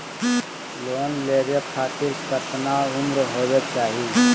Loan लेवे खातिर केतना उम्र होवे चाही?